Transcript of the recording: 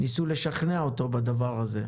ניסו לשכנע אותו בדבר הזה.